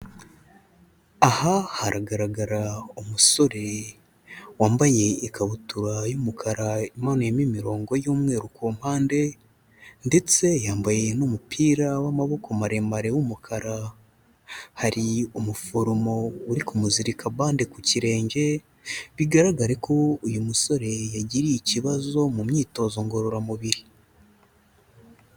Aha haragaragara umusore wambaye ikabutura y'umukara imanuyemo imirongo y'umweru ku mpande ndetse yambaye n'umupira w'amaboko maremare w'umukara, hari umuforomo uri kumuzirika bande ku kirenge, bigaragare ko uyu musore yagiriye ikibazo mu myitozo ngororamubiri.